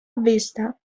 vista